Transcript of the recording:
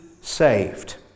saved